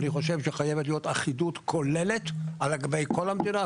אני חושב שחייבת להיות אחידות כוללת לגבי כול המדינה,